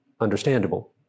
understandable